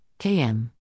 KM